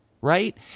Right